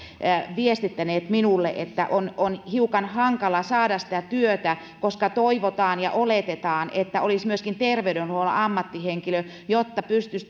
viestittäneet minulle että on on hiukan hankala saada sitä työtä koska toivotaan ja oletetaan että olisi myöskin terveydenhuollon ammattihenkilö jotta pystyisi